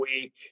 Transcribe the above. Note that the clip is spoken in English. week